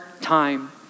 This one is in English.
time